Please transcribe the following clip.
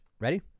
Ready